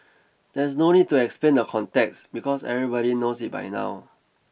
there's no need to explain the context because everybody knows it by now